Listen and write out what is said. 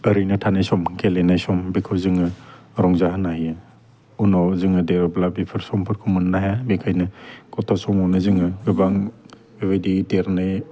ओरैनो थानाय सम गेलेनाय सम बेखौ जोङो रंजा होनो हायो उनाव जोङो देरब्ला बेफोर समफोरखौ मोन्नो हाया बेखायनो गथ' समावनो जोङो गोबां बेबायदि देरनो